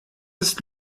ist